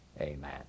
Amen